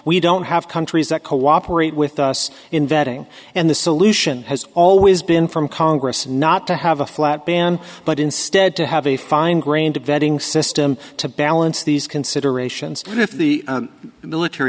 we don't have countries that cooperate with us in vetting and the solution has always been from congress not to have a flat ban but instead to have a fine grained vetting system to balance these considerations and if the military